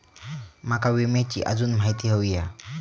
माका विम्याची आजून माहिती व्हयी हा?